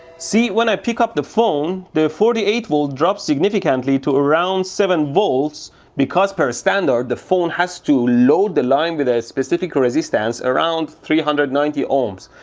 see when i pick up the phone the forty eight volt drops significantly to around seven volts because per standard the phone has to load the line with a specific resistance around three hundred and ninety ohms.